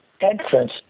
entrance